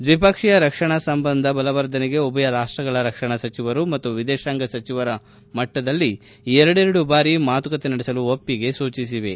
ದ್ವಿಪಕ್ಷೀಯ ರಕ್ಷಣಾ ಸಂಬಂಧ ಬಲವರ್ಧನೆಗೆ ಉಭಯ ರಾಷ್ಟಗಳ ರಕ್ಷಣಾ ಸಚಿವರು ಮತ್ತು ವಿದೇಶಾಂಗ ಸಚಿವರ ಮಟ್ಟದಲ್ಲಿ ಎರಡೆರಡು ಬಾರಿ ಮಾತುಕತೆ ನಡೆಸಲು ಒಪ್ಪಿಗೆ ಸೂಚಿಸಿವೆ